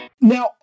Now